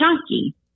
chunky